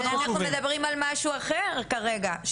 אבל אנחנו מדברים על משהו אחר כרגע.